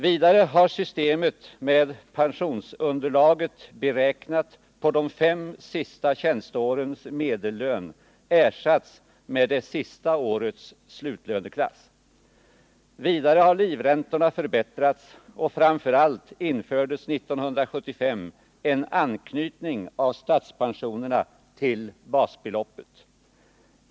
Vidare har systemet med pensionsunderlaget, beräknat på de fem senaste tjänsteårens medellön, ersatts med det senaste årets slutlöneklass. Vidare har livräntorna förbättrats, och framför allt infördes 1971 en anknytning av statspensionerna till basbeloppet.